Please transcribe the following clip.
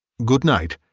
good-night,